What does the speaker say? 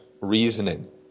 reasoning